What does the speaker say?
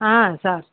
sir